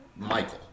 Michael